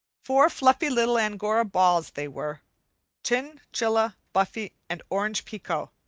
four fluffy little angora balls they were chin, chilla, buffie, and orange pekoe,